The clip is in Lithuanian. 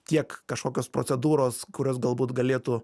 tiek kažkokios procedūros kurios galbūt galėtų